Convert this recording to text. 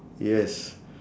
yes